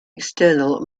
external